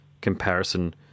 comparison